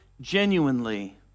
genuinely